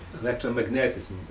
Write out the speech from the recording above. electromagnetism